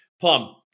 Plum